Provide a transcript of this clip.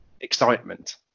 excitement